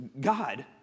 God